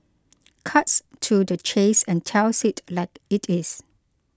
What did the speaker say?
cuts to the chase and tells it like it is